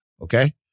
okay